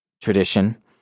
tradition